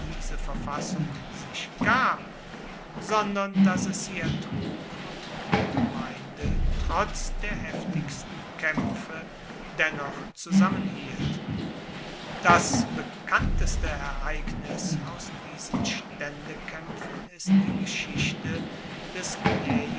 diese verfassung sich gab sondern dass es sie ertrug und die gemeinde trotz der heftigsten kaempfe dennoch zusammenhielt das bekannteste ereignis aus diesen staendekaempfen ist die geschichte des